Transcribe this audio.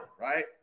right